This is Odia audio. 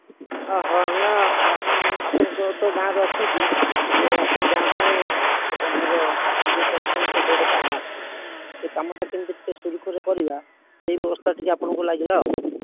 ଅ ହ ନା ଆପଣଙ୍କର ତ ଗାଁରେ ଅଛନ୍ତି ଯେ ଆପଣଙ୍କ ଗାଁ ପାଇଁ ଗୋଟେ ଆମର ଏନଜିଓ ତରଫରୁ କେତେ ଗୁଡ଼ିଏ କାମ ଆସିଛି ସେଇ କାମଟା କେମିତି ଟିକିଏ ସୁରୁଖୁରୁରେ କରିବା ସେଇ ବ୍ୟବସ୍ଥା ଟିକିଏ ଆପଣଙ୍କୁ ଲାଗିଲା ଆଉ